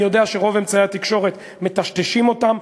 אני יודע שרוב אמצעי התקשורת מטשטשים אותם,